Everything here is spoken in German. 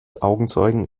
augenzeugen